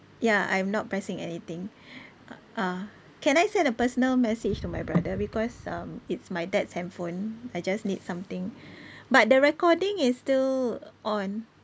ya I am not pressing anything uh can I send a personal message to my brother because um it's my dad's handphone I just need something but the recording is still on